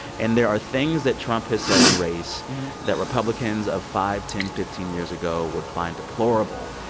and there are things that trump has said on race that republicans of five, ten, fifteen years ago would find deplorable.